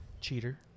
cheater